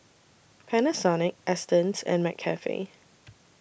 Panasonic Astons and McCafe